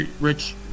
Rich